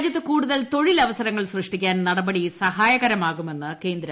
രാജ്യത്ത് കൂടുതൽ തൊഴിലവസരങ്ങൾ സൃഷ്ടിക്കാൻ നടപടി സഹായകരമാകുമെന്ന് കേന്ദ്ര ധനമന്ത്രി